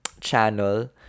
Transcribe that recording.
channel